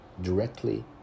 directly